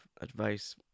advice